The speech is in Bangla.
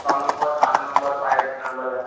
ছ নম্বর সাত নম্বর পায়ের জুতোগুলো দেখ